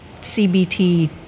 CBT